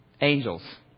angels